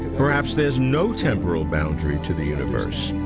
perhaps there's no temporal boundary to the universe.